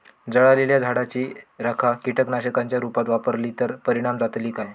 जळालेल्या झाडाची रखा कीटकनाशकांच्या रुपात वापरली तर परिणाम जातली काय?